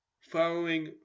following